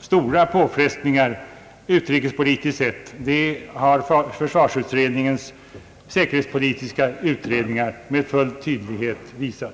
stora påfrestningar utrikespolitiskt sett, det har försvarsutredningens säkerhetspolitiska utredningar med full tydlighet utvisat.